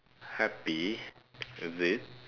happy is it